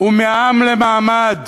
הוא מעם למעמד.